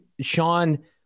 Sean